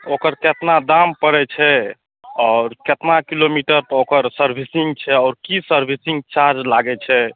ओकर कतना दाम पड़ै छै आओर कतना किलोमीटर पर ओकर सर्विसिन्ग छै आओर कि सर्विसिन्ग चार्ज लागै छै